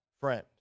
friend